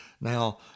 Now